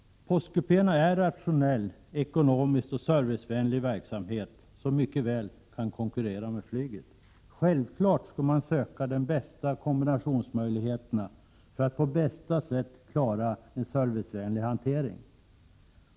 Postkupéerna är en rationell, ekonomisk och servicevänlig verksamhet som mycket väl kan konkurrera med flyget. Självfallet skall man söka de bästa kombinationsmöjligheterna för att på bästa sätt klara en servicevänlig hantering.